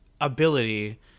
ability